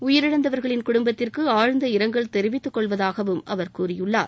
உயிரிழந்தவர்களின் குடும்பத்திற்கு ஆழ்ந்த இரங்கல் தெரிவித்துக் கொள்வதாகவும் அவர் கூறியுள்ளார்